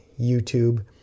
YouTube